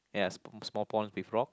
ya sm~ small prawns with rock